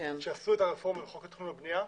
כשעשו את הרפורמות בחוק התכנון והבנייה,